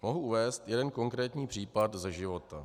Mohu uvést jeden konkrétní příklad ze života.